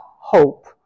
hope